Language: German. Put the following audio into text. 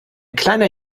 kleiner